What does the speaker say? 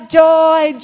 joy